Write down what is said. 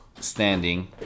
standing